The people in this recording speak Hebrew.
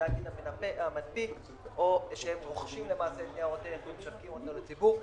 לתאגיד המנפיק בכך שהם רוכשים את ניירות הערך ומשווקים אותו לציבור.